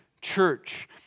church